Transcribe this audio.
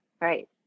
right